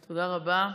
תודה רבה.